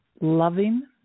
loving